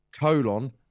colon